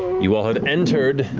you all had entered